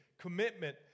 commitment